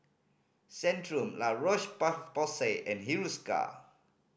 Centrum La Roche Porsay and Hiruscar